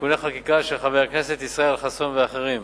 (תיקוני חקיקה), של חבר הכנסת ישראל חסון ואחרים.